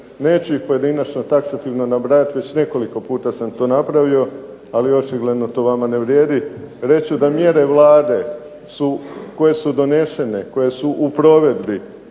Neću ih pojedinačno taksativno nabrajati, već nekoliko puta sam to napravio, ali očigledno to vama ne vrijedi. Reći ću da mjere Vlade su, koje su donešene, koje su u provedbi